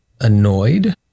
annoyed